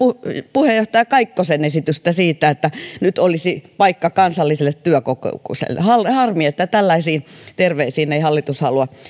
puheenjohtaja kaikkosen esitystä siitä että nyt olisi paikka kansalliselle työkokoukselle harmi että tällaisiin terveisiin ei hallitus halua